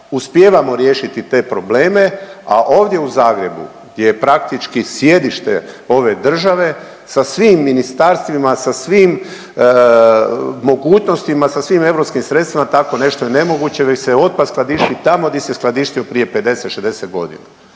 uspijevamo riješiti te probleme, a ovdje u Zagrebu gdje je praktički sjedište ove države sa svim ministarstvima, sa svim mogućnostima, sa svim europskim sredstvima tako nešto je nemoguće već se otpad skladišti tamo di se skladištio prije 50.-60.g.,